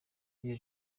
gihe